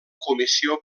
comissió